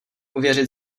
uvěřit